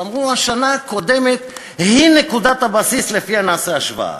אמרו: השנה הקודמת היא נקודת הבסיס ולפיה נעשה השוואה.